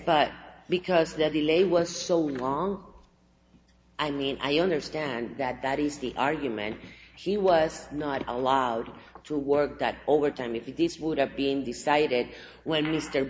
but because the lady was so long i mean i understand that that is the argument she was not allowed to work that over time if this would have been decided when mr